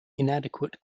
inadequate